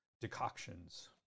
decoctions